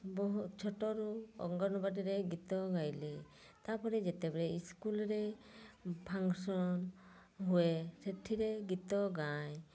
ବହୁ ଛୋଟରୁ ଅଙ୍ଗନବାଡ଼ିରେ ଗୀତ ଗାଇଲି ତାପରେ ଯେତେବେଳେ ସ୍କୁଲରେ ଫଂକ୍ସନ୍ ହୁଏ ସେଥିରେ ଗୀତ ଗାଏ